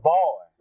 Boy